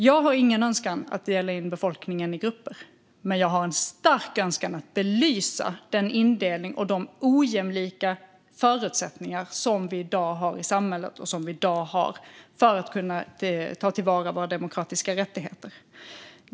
Jag har ingen önskan att dela in befolkningen i grupper, men jag har en stark önskan att belysa den indelning och de ojämlika förutsättningar som vi i dag har i samhället och som vi i dag har att kunna ta till vara våra demokratiska rättigheter.